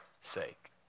sake